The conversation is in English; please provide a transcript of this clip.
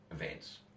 events